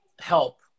help